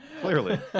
clearly